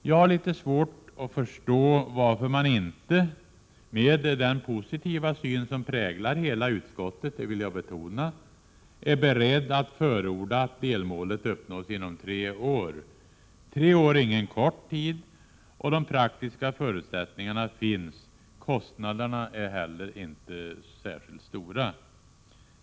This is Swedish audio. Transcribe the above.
Jag har litet svårt att förstå varför man inte — med den positiva syn som präglar hela utskottet, det vill jag betona — är beredd att förorda att delmålet uppnås inom tre år. En period på tre år är ingen kort tid och de praktiska förutsättningarna finns. Kostnaderna är inte heller särskilt stora.